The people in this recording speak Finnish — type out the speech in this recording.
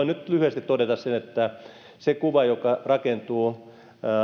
nyt lyhyesti todeta sen että se kuva joka rakentuu